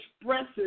expresses